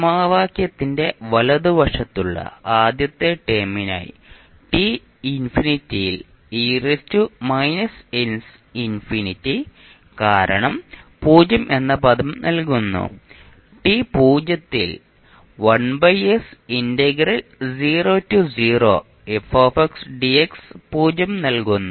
സമവാക്യത്തിന്റെ വലതുവശത്തുള്ള ആദ്യത്തെ ടേമിനായി t ∞ ൽ e−s∞ കാരണം പൂജ്യം എന്ന പദം നൽകുന്നു t 0 ൽ നൽകുന്നു